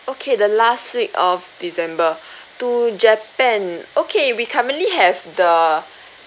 okay the last week of december to japan okay we currently have the